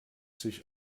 sich